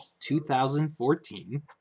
2014